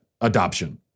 adoption